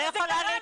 אבל זה קרה,